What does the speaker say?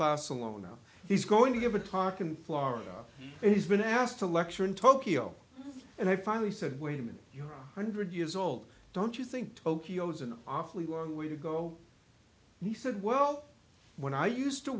barcelona he's going to give a talk in florida and he's been asked to lecture in tokyo and i finally said wait a minute you're a hundred years old don't you see tokyo is an awfully long way to go he said well when i used to